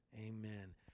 Amen